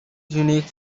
unique